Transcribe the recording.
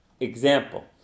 example